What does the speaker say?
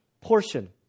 portion